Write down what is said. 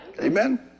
Amen